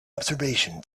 observation